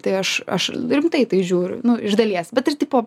tai aš aš rimtai į tai žiūriu nu iš dalies bet ir tipo